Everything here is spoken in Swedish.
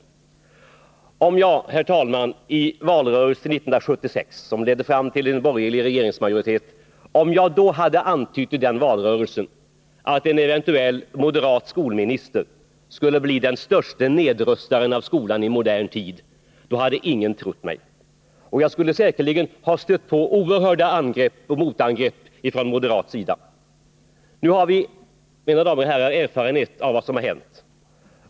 Jag har ibland lekt med tanken, herr talman, på vad som hade hänt om jag i valrörelsen 1976, som ledde fram till en borgerlig regeringsmajoritet, hade antytt att en eventuell moderat skolminister skulle bli den störste nedrustaren av skolan i modern tid. Då hade ingen trott mig! Jag skulle säkerligen ha fått utstå oerhörda angrepp och motangrepp från moderat sida. Nu har vi, mina damer och herrar, erfarenhet av vad som hänt.